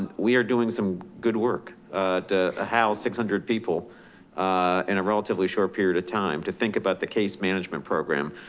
and we are doing some good work to ah house six hundred people in a relatively short period of time to think about the case management program,